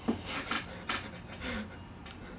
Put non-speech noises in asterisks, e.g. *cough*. *laughs* `